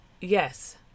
yes